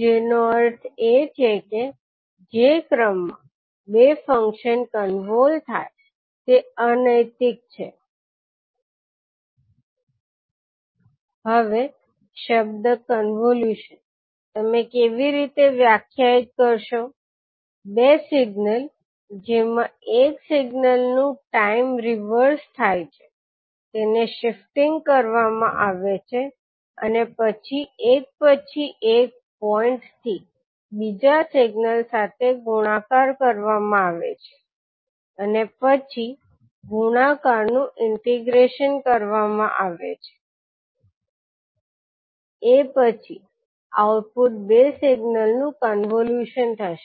જેનો અર્થ છે કે જે ક્રમ માં બે ફંક્શન કન્વોલ થાય તે અનૈતિક છે હવે શબ્દ કોન્વોલ્યુશન તમે કેવી રીતે વ્યાખ્યાયિત કરશો બે સિગ્નલ જેમાં એક સિગ્નલનુ ટાઇમ રિવર્ઝ થાય છે તેને શિફ્ટિંગ કરવામા આવે છે અને પછી એક પછી એક પોઇંટ થી બીજા સિગ્નલ સાથે ગુણાકાર કરવામા આવે છે અને પછી ગુણાકાર નું ઈન્ટીગ્રૅશન કરવામા આવે છે પછી આઉટપુટ બે સિગ્નલનું કોન્વોલ્યુશન થશે